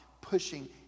pushing